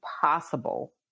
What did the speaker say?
possible